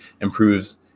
improves